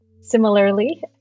Similarly